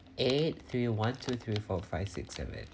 eight three one two three four five six seven